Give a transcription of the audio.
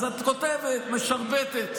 אז את כותבת, משרבטת,